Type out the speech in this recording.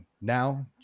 now